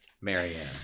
Marianne